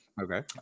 okay